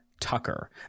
Tucker